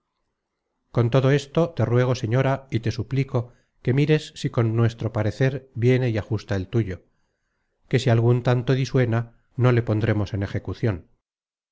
con todo esto te ruego señora y te suplico que mires si con nuestro parecer viene y ajusta el tuyo que si algun tanto disuena no le pondremos en ejecucion